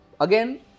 again